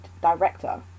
director